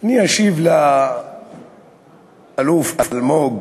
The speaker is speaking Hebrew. אני אשיב לאלוף אלמוג